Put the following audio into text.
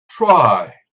try